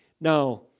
Now